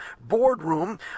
Boardroom